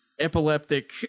Epileptic